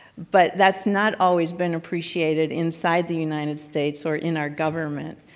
but that's not always been appreciated inside the united states or in our government,